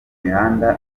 mihanda